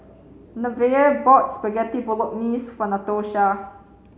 Nevaeh bought Spaghetti Bolognese for Natosha